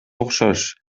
окшош